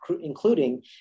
including